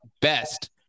best